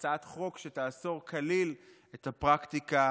הצעת חוק שתאסור כליל את הפרקטיקה